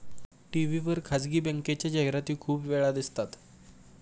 TV वर खासगी बँकेच्या जाहिराती खूप वेळा दिसतात